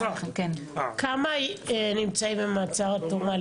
כמה נמצאים במעצר עד תום ההליכים?